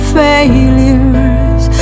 failures